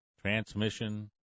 transmission